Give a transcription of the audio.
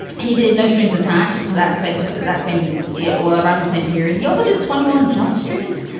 he did no strings attached that same to that same year. well, around the same period, he also did twenty one jump street,